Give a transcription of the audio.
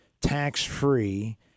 tax-free